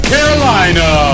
Carolina